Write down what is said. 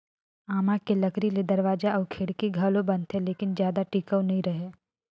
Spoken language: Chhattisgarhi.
आमा के लकरी के दरवाजा अउ खिड़की घलो बनथे लेकिन जादा टिकऊ नइ रहें